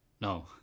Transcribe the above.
No